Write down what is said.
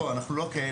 לא, אנחנו לא כאלה.